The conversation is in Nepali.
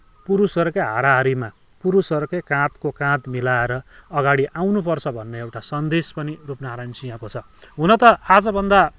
पुरुषहरूकै हाराहारीमा पुरुषहरूकै काँधको काँध मिलाएर अगाडि आउनुपर्छ भन्ने एउटा सन्देश पनि रूपनारायण सिंहको छ हुन त आजभन्दा